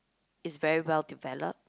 is very well developed